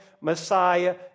Messiah